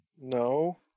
No